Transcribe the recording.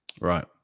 Right